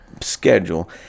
schedule